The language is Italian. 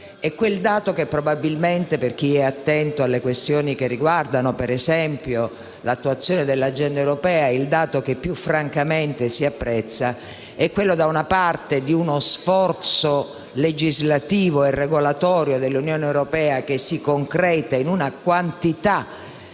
il collega Mazzoni. Per chi è attento alle questioni che riguardano - ad esempio - l'attuazione dell'agenda europea, il dato che francamente si apprezza di più è, da una parte, uno sforzo legislativo e regolatorio dell'Unione europea, che si concreta in una quantità